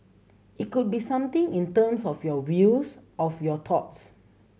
it could be something in terms of your views of your thoughts